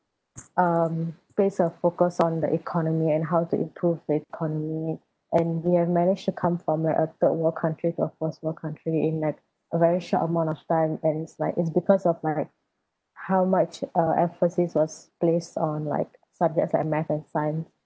um place the focus on the economy and how to improve the economy and we've managed to come from like a third world country to a first world country in like a very short amount of time and it's like it's because of like how much uh emphasis was placed on like subjects like math and science